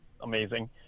amazing